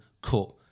cut